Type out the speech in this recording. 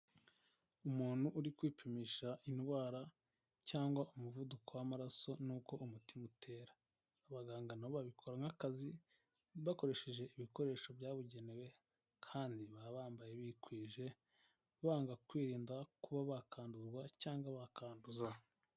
Umuntu uri kwipimisha indwara cyangwa umuvuduko w'amaraso nuko umutima utera, abaganga nabo babikora nk'akazi bakoresheje ibikoresho byabugenewe kandi baba bambaye bikwije, banga kwirinda kuba bakandura cyangwa bakanduza.